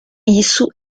isso